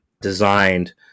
designed